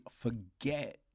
forget